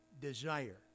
desire